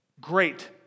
Great